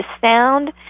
sound